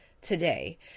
today